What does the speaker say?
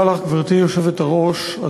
גברתי היושבת-ראש,